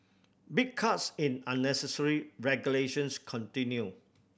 big cuts in unnecessary regulations continue